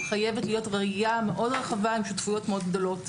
חייבת להיות ראייה מאוד רחבה עם שותפויות מאוד גדולות.